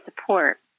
support